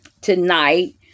tonight